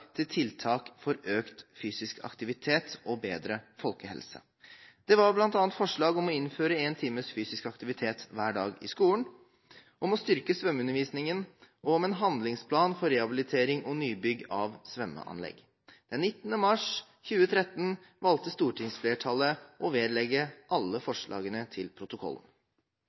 til tiltak for økt fysisk aktivitet og bedre folkehelse. Det var bl.a. forslag om å innføre én times fysisk aktivitet hver dag i skolen, om å styrke svømmeundervisningen og om en handlingsplan for rehabilitering og nybygg av svømmeanlegg. Den 19. mars 2013 valgte stortingsflertallet å vedlegge alle forslagene til protokollen.